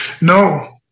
No